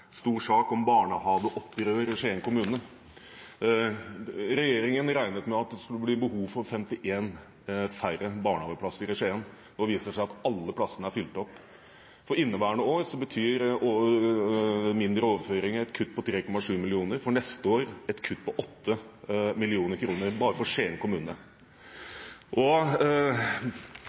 stor sak om barnehageopprør i Skien kommune. Regjeringen regnet med at det skulle bli behov for 51 færre barnehageplasser i Skien. Nå viser det seg at alle plassene er fylt opp. For inneværende år betyr mindre overføringer et kutt på 3,7 mill. kr, for neste år et kutt på 8 mill. kr bare for Skien kommune.